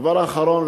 דבר אחרון,